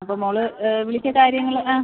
അപ്പോൾ മോൾ വിളിച്ച കാര്യങ്ങൾ ആ